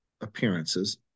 appearances